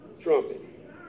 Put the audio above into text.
trumpet